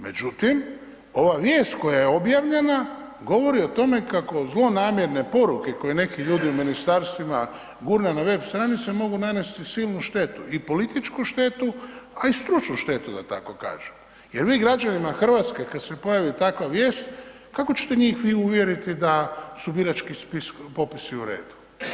Međutim, ova vijest koja je objavljena, govori o tome kako zlonamjerne poruke koje neki ljudi u ministarstvima gurnu na web stranice, mogu nanesti silnu štetu, i političku štetu a i stručnu štetu, da tako kažem jer vi građane Hrvatske kad se pojavi takva vijest, kako ćete njih vi uvjeriti da su birački popisi u redu?